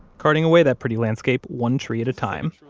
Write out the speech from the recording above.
carting away that pretty landscape, one tree at a time.